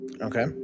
Okay